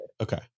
Okay